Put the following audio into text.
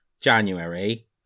January